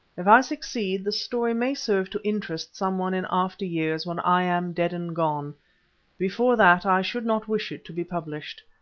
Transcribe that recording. if i succeed, the story may serve to interest some one in after years when i am dead and gone before that i should not wish it to be published.